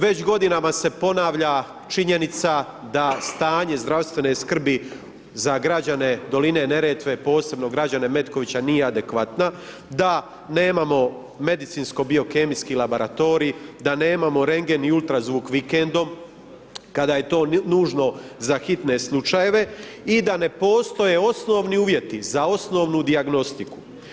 Već godinama se ponavlja činjenica da stanje zdravstvene skrbi za građane doline Neretve, posebno građane Metkovića, nije adekvatna, da nemamo medicinsko bio kemijski laboratorij, da nemamo rendgen i ultra zvuk vikendom, kada je to nužno za hitne slučajeve i da ne postoje osnovni uvjeti za osnovnu dijagnostiku.